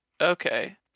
Okay